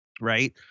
right